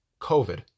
COVID